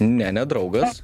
ne ne draugas